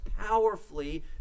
powerfully